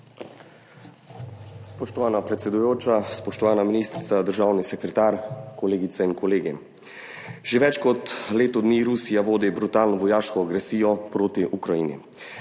Spoštovana predsedujoča, spoštovana ministrica, državni sekretar, kolegice in kolegi. Že več kot leto dni Rusija vodi brutalno vojaško agresijo proti Ukrajini.